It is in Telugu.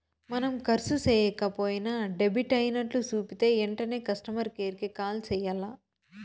మనం కర్సు సేయక పోయినా డెబిట్ అయినట్లు సూపితే ఎంటనే కస్టమర్ కేర్ కి కాల్ సెయ్యాల్ల